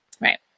Right